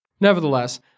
Nevertheless